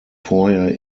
vorher